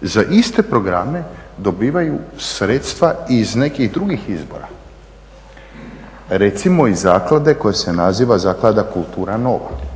za iste programe dobivaju sredstva i iz nekih drugih izvora? Recimo iz zaklade koja se naziva Zaklada "Kultura Nova"?